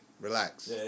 relax